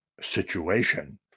situation